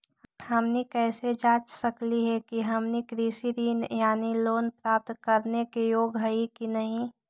हमनी कैसे जांच सकली हे कि हमनी कृषि ऋण यानी लोन प्राप्त करने के योग्य हई कि नहीं?